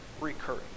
recurring